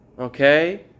Okay